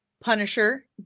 Punisher